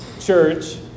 church